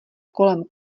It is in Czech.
kolem